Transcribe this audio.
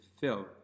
fill